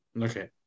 Okay